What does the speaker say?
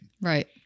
Right